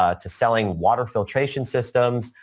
ah to selling water filtration systems,